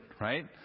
right